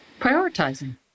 Prioritizing